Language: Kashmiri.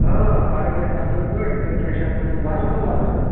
فرق گژھِ اَصٕل پٲٹھۍ تہٕ کیٛاہ چھِ اَتھ وَنان وَرَم ما باسان